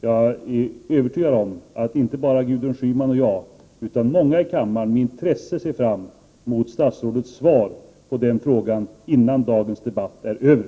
Jag är övertygad om att inte bara Gudrun Schyman och jag utan många andra här i kammaren med intresse ser fram mot statsrådets svar på denna fråga, innan dagens debatt är slut.